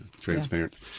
transparent